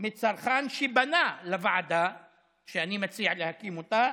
מצרכן שפנה לוועדה שאני מציע להקים אותה,